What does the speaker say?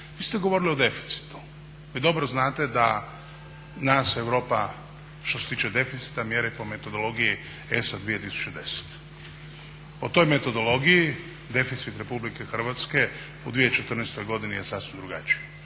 Vi ste govorili o deficitu. Vi dobro znate da nas Europa što se tiče deficita mjeri po metodologiji ESA 2010. Po toj metodologiji deficit Republike Hrvatske u 2014. godini je sasvim drugačiji.